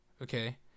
Okay